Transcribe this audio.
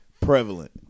prevalent